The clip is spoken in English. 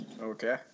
Okay